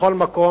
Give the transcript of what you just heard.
בכל מקום,